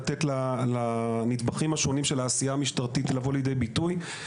לתת לנדבכים השונים של העשייה המשטרתית לבוא לידי ביטוי.